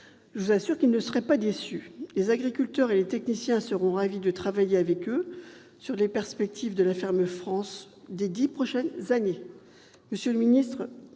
Je vous assure qu'elles ne seraient pas déçues ! Les agriculteurs et les techniciens seraient ravis de travailler avec elles sur les perspectives de la ferme France pour les dix prochaines années.